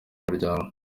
muryango